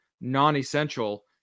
non-essential